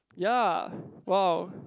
ya wow